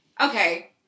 okay